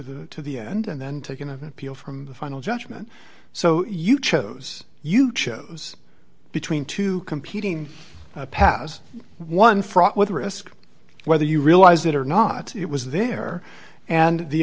he end and then taken to appeal from the final judgment so you chose you chose between two competing past one fraught with risk whether you realize it or not it was there and the